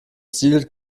stil